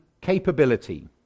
capability